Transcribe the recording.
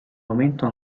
momento